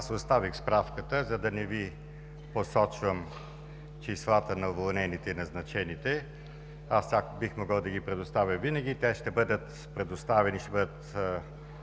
Аз представих справката, за да не Ви посочвам числата на уволнените и назначените, бих могъл да ги предоставя винаги. Те ще бъдат предоставени, ще бъдат